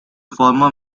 former